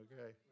Okay